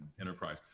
Enterprise